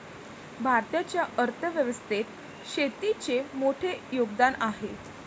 भारताच्या अर्थ व्यवस्थेत शेतीचे मोठे योगदान आहे